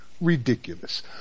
ridiculous